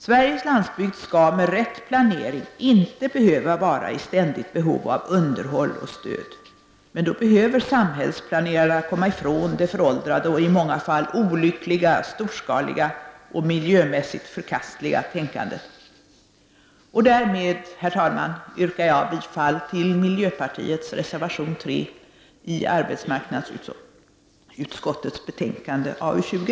Sveriges landsbygd skall med rätt planering inte behöva vara i ständigt behov av underhåll och stöd, men då behöver samhällsplanerarna komma ifrån det föråldrade och i många fall olyckliga storskaliga och miljömässigt förkastliga tänkandet. Därmed, herr talman, yrkar jag bifall till miljöpartiets reservation 3 i arbetsmarknadsutskottets betänkande AU20.